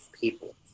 people